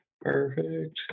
Perfect